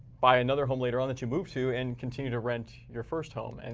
buy another home later on that you move to, and continue to rent your first home. and